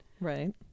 Right